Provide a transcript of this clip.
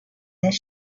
this